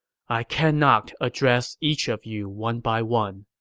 i cannot address each of you one by one.